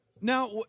Now